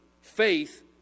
faith